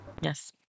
Yes